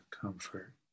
comfort